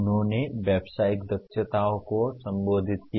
उन्होंने व्यावसायिक दक्षताओं को संबोधित किया